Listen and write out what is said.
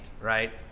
right